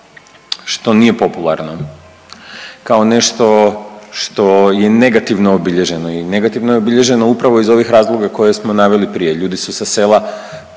što nije popularno, kao nešto što je negativno obilježeno. I negativno je obilježeno upravo iz ovih razloga koje smo naveli prije. Ljudi su sa sela